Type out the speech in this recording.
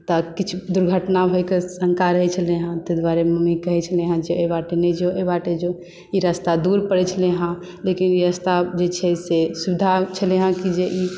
तऽ किछु दुर्घटना होए के शङ्का रहैत छलै हेँ ताहि दुआरे मम्मी कहैत छलै हेँ जे एहि बाटे नहि जो एहि बाटे जो ई रास्ता दूर पड़ै छलै हेँ लेकिन ई रास्ता जे छै से सुविधा छलै हेँ कि जे ई जे